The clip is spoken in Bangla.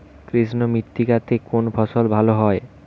কৃষ্ণ মৃত্তিকা তে কোন ফসল ভালো হয়?